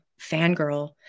fangirl